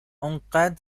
انقدر